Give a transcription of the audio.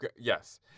Yes